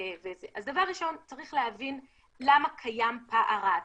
אז דבר ראשון צריך להבין למה קיים פער ההתקנה,